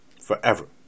Forever